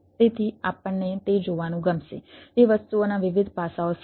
તેથી આપણને તે જોવાનું ગમશે તે વસ્તુઓના વિવિધ પાસાઓ શું છે